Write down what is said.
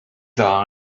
dda